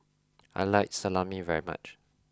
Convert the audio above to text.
I like Salami very much